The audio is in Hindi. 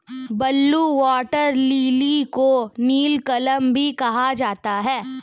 ब्लू वाटर लिली को नीलकमल भी कहा जाता है